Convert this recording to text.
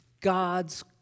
God's